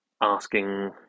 asking